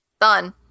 Done